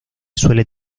suele